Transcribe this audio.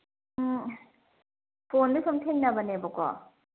ꯑꯣ ꯐꯣꯟꯗ ꯁꯨꯝ ꯊꯦꯡꯅꯕꯅꯦꯕꯀꯣ